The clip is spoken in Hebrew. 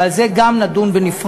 וגם על זה נדון בנפרד.